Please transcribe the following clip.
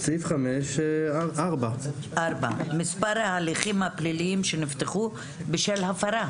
סעיף 5(4). "מספר ההליכים הפליליים שנפתחו בשל הפרה".